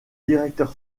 directeur